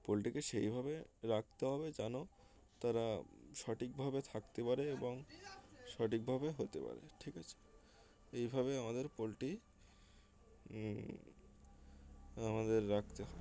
পোলট্রিকে সেইভাবে রাখতে হবে যেন তারা সঠিকভাবে থাকতে পারে এবং সঠিকভাবে হতে পারে ঠিক আছে এইভাবে আমাদের পোলট্রি আমাদের রাখতে হয়